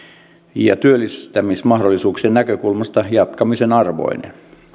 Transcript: ja työllistämismahdollisuuksien näkökulmasta jatkamisen arvoinen